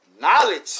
knowledge